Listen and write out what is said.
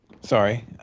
Sorry